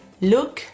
Look